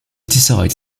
decides